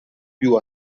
più